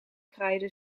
kraaide